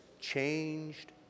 changed